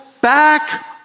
Back